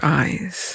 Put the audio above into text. eyes